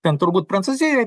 ten turbūt prancūzijoj